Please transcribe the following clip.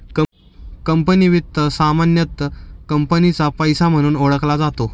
company वित्त सामान्यतः कंपनीचा पैसा म्हणून ओळखला जातो